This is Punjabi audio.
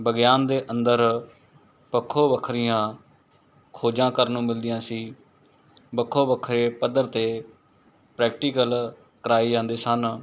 ਵਿਗਿਆਨ ਦੇ ਅੰਦਰ ਵੱਖੋ ਵੱਖਰੀਆਂ ਖੋਜਾਂ ਕਰਨ ਨੂੰ ਮਿਲਦੀਆਂ ਸੀ ਵੱਖੋ ਵੱਖਰੇ ਪੱਧਰ 'ਤੇ ਪ੍ਰੈਕਟੀਕਲ ਕਰਵਾਏ ਜਾਂਦੇ ਸਨ